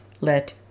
let